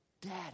Daddy